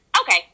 okay